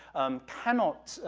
um, cannot,